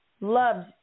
loves